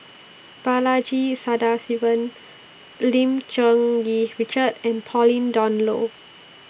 Balaji Sadasivan Lim Cherng Yih Richard and Pauline Dawn Loh